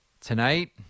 Tonight